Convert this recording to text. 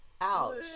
ouch